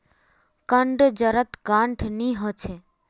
कंद जड़त गांठ नी ह छ